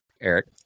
Eric